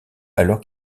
alors